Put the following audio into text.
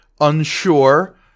unsure